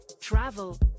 travel